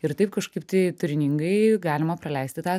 ir taip kažkaip tai turiningai galima praleisti tą